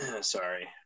Sorry